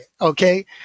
okay